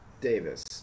Davis